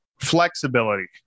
flexibility